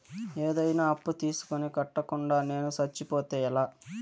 ఏదైనా అప్పు తీసుకొని కట్టకుండా నేను సచ్చిపోతే ఎలా